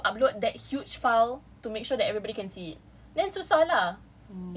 find a way to upload that huge file to make sure everybody can see it then susah lah